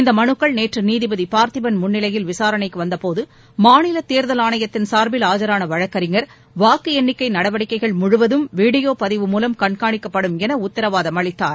இந்த மனுக்கள் நேற்று நீதிபதி திரு பார்த்திபன் முன்னிலையில் விசாரணைக்கு வந்தபோது மாநில தேர்தல் ஆணையத்தின் சார்பில் ஆஜான வழக்கறிஞர் வாக்கு எண்ணிக்கை நடவடிக்கைகள் முழுவதும் வீடியோ பதிவு மூலம் கண்காணிக்கப்படும் என உத்தரவாதம் அளித்தார்